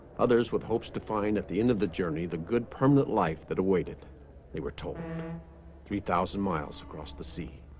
others with hopes to find at the end of the journey the good permanent life that awaited they were told three thousand miles across the sea